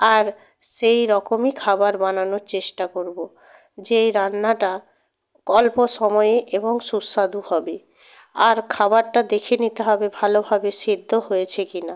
আর সেই রকমই খাবার বানানোর চেষ্টা করব যেই রান্নাটা অল্প সময়ে এবং সুস্বাদু হবে আর খাবারটা দেখে নিতে হবে ভালোভাবে সিদ্ধ হয়েছে কিনা